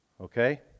Okay